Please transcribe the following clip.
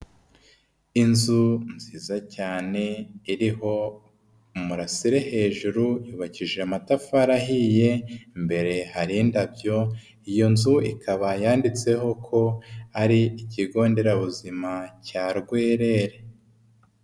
Inzu nziza cyane iriho murasire hejuru yubakije amatafari ahiye mbere hari indabyo iyo nzu ikaba yanditseho ko ari ikigo nderabuzima cya Rwerere.